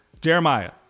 Jeremiah